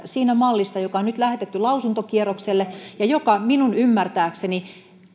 siinä mallissa joka on nyt lähetetty lausuntokierrokselle ja joka minun ymmärtääkseni